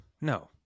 no